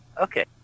Okay